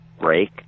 break